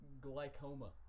glycoma